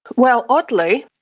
well, oddly,